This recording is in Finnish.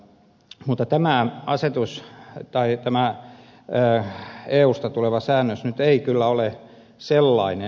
mutta tämä asetus että ei tämä eusta tuleva säännös nyt ei kyllä ole sellainen